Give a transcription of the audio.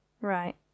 Right